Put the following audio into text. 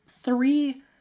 three